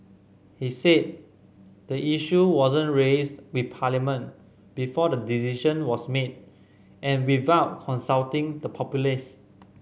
he said the issue wasn't raised with parliament before the decision was made and without consulting the populace